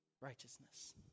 righteousness